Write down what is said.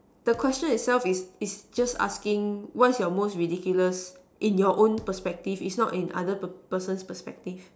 the question itself is is just asking what is your most ridiculous in your own perspective is not in other person perspective